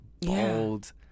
bold